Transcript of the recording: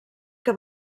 que